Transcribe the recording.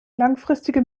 langfristige